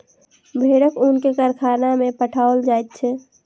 भेड़क ऊन के कारखाना में पठाओल जाइत छै